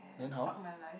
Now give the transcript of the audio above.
then how